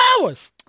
hours